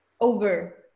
over